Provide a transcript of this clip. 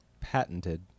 Patented